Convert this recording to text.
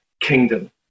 kingdom